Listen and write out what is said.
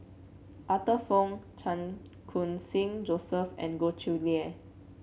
Arthur Fong Chan Khun Sing Joseph and Goh Chiew Lye